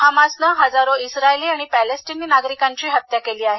हमासनं हजारो इस्रायली आणि पॅलेस्टीनी नागरिकांची हत्या केली आहे